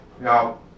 Now